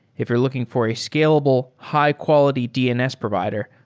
if you're looking for a scalable, high-quality dns provider,